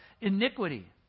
Iniquity